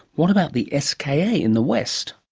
what about the ah ska yeah in the west?